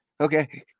okay